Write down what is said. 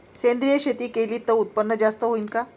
सेंद्रिय शेती केली त उत्पन्न जास्त होईन का?